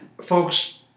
Folks